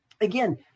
Again